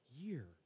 year